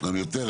אם יותר,